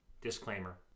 disclaimer